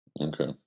Okay